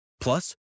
plus